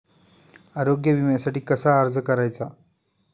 आरोग्य विम्यासाठी कसा अर्ज करायचा?